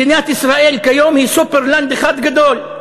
מדינת ישראל כיום היא "סופרלנד" אחד גדול.